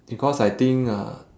because I think uh